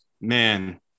man